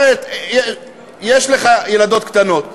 יש לך ילדות קטנות,